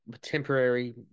temporary